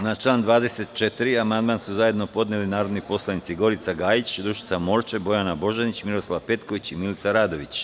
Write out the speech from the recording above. Na član 24. amandman su zajedno podneli narodni poslanici Gorica Gajić, Dušica Morčev, Bojana Božanić, Miroslav Petković i Milica Radović.